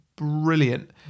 brilliant